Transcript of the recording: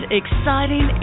exciting